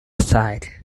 aside